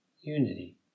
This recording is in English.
unity